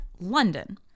London